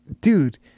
dude